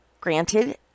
Granted